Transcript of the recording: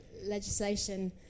legislation